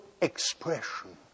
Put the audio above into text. expression